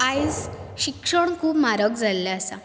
आयज शिक्षण खूब म्हारग जाल्लें आसा